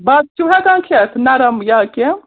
بَتہٕ چھُو ہٮ۪کان کھٮ۪تھ نَرَم یا کیٚنٛہہ